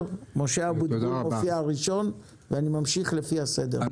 משה אבוטבול מופיע ראשון ואני אמשיך לפי הסדר.